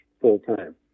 full-time